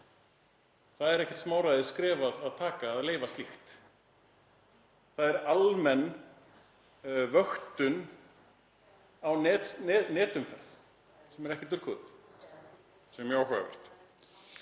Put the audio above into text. Það er ekkert smáræðisskref að taka að leyfa slíkt. Það er almenn vöktun á netumferð sem er ekki dulkóðuð,